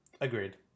agreed